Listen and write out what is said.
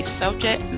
subject